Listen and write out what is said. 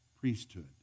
priesthood